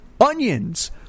onions